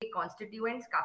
constituents